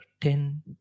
ten